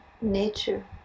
nature